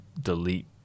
delete